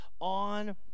on